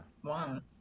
one